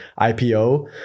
IPO